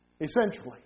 essentially